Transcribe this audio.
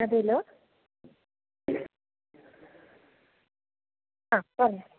അതേല്ലോ ആ പറഞ്ഞോ